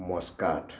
Muscat